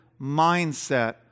mindset